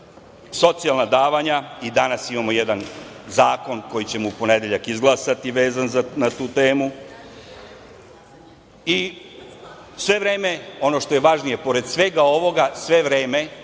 socijalna davanja. I danas imamo jedan zakon koji ćemo u ponedeljak izglasati na tu temu. Sve vreme, ono što je važnije, pored svega ovoga kroz